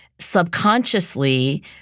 subconsciously